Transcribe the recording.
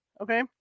Okay